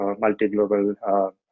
multi-global